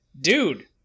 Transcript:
dude